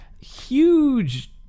Huge